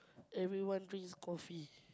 everyone drinks coffee